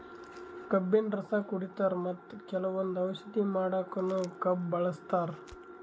ಕಬ್ಬಿನ್ ರಸ ಕುಡಿತಾರ್ ಮತ್ತ್ ಕೆಲವಂದ್ ಔಷಧಿ ಮಾಡಕ್ಕನು ಕಬ್ಬ್ ಬಳಸ್ತಾರ್